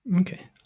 Okay